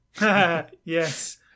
Yes